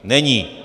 Není.